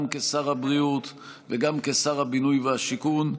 גם כשר הבריאות וגם כשר הבינוי והשיכון.